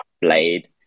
blade